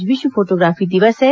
आज विश्व फोटोग्राफी दिवस है